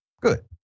good